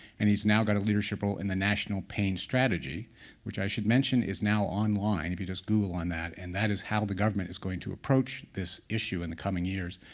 and he's now got a leadership role in the national pain strategy which i should mention is now online, if you just google on that and that is how the government is going to approach this issue in the coming years.